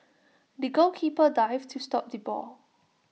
the goalkeeper dived to stop the ball